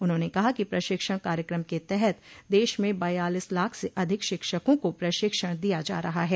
उन्होंने कहा कि प्रशिक्षण कार्यक्रम के तहत देश में बयालिस लाख से अधिक शिक्षकों को प्रशिक्षण दिया जा रहा है